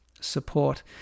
support